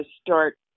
start